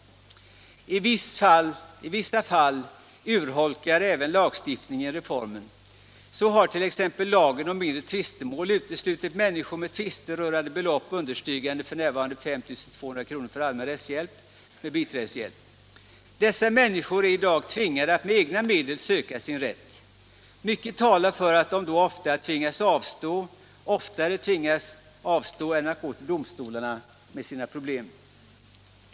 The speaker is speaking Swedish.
I vissa fall urholkar även lagstiftningen reformen. Så har t.ex. lagen om mindre tvistemål uteslutit människor med tvister rörande belopp understigande f.n. 5 200 kr. från allmän rättshjälp med biträdeshjälp. Dessa människor är i dag tvingade att med egna medel söka sin rätt. Mycket talar för att de då ofta måste avstå från att gå till domstolarna med sina problem.